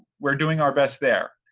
we're doing our best there.